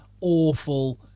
awful